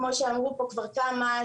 כמו שאמרו פה כבר כמה,